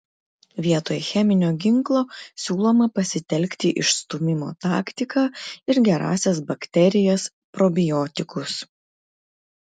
vietoj cheminio ginklo siūloma pasitelkti išstūmimo taktiką ir gerąsias bakterijas probiotikus